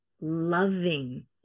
loving